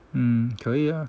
嗯可以啊